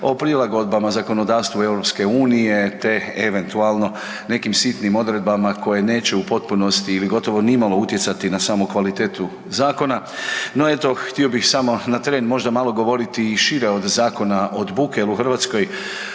o prilagodbama zakonodavstva EU te eventualno nekim sitnim odredbama koje neće u potpunosti ili gotovo nimalo utjecati na samu kvalitetu zakona. No eto, htio bih samo malo na tren možda malo govoriti i šire od zakona od buke jer u svrhu